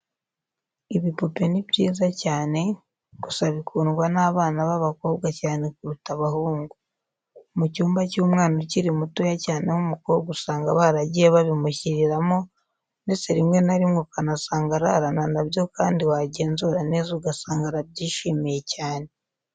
Ibipupe ni byiza cyane, gusa bikundwa n'abana b'abakobwa cyane kuruta abahungu. Mu cyumba cy'umwana ukiri mutoya cyane w'umukobwa usanga baragiye babimushyiriramo ndetse rimwe na rimwe ukanasanga ararana na byo kandi wagenzura neza ugasanga arabyishimiye cyane.